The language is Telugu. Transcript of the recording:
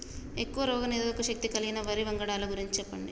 ఎక్కువ రోగనిరోధక శక్తి కలిగిన వరి వంగడాల గురించి చెప్పండి?